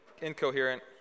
incoherent